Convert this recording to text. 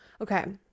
Okay